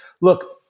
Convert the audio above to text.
Look